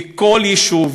בכל יישוב